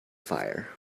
fire